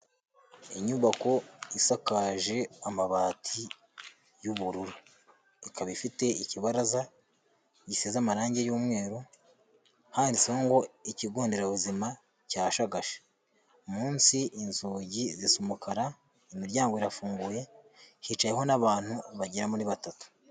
Inyubako isakaje amabati y'ubururu. Ikaba ifite ikibaraza gisize amarange y'umweru, handitseho ngo "Ikigo nderabuzima cya Shagasha". Munsi inzugi zisa umukara, imiryango irafunguye, hicayeho n'abantu bagera muri batatu.